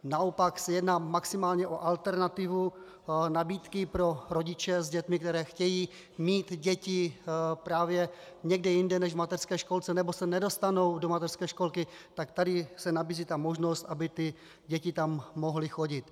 Naopak se jedná maximálně o alternativu nabídky pro rodiče s dětmi, kteří chtějí mít děti právě někde jinde než v mateřské školce nebo se nedostanou do mateřské školky tak tady se nabízí ta možnost, aby ty děti tam mohly chodit.